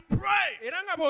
pray